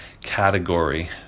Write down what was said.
category